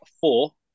four